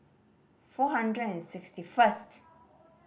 four hundred and sixty first